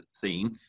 theme